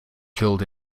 killed